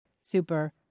super